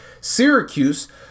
Syracuse